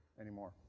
anymore